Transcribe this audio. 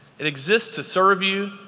it exists to serve you,